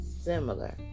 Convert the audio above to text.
similar